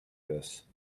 this